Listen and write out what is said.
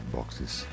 Boxes